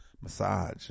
massage